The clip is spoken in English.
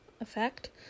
effect